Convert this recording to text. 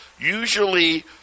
usually